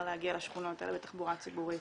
להגיע לשכונות האלה בתחבורה ציבורית